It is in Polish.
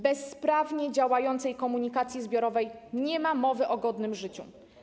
Bez sprawnie działającej komunikacji zbiorowej nie ma mowy o godnym życiu.